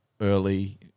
early